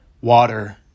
water